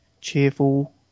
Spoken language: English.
cheerful